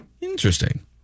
Interesting